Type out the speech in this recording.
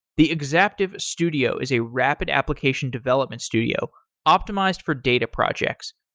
the exaptive studio is a rapid application development studio optimized for data projects.